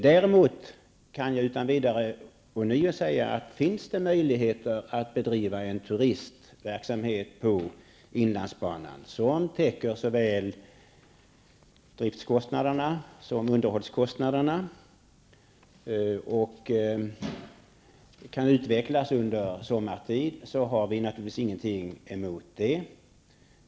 Däremot kan jag utan vidare ånyo säga: Finns det möjligheter att bedriva en turistverksamhet på inlandsbanan som täcker såväl driftskostnaderna som underhållskostnaderna och som kan utvecklas sommartid, har vi naturligtvis ingenting emot det.